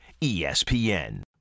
ESPN